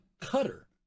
cutter